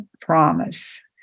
promise